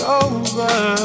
over